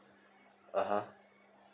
(uh huh)